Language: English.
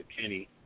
Kenny